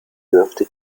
dürfte